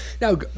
now